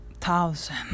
thousand